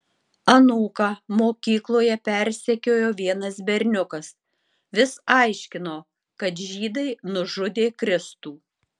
anūką mokykloje persekiojo vienas berniukas vis aiškino kad žydai nužudė kristų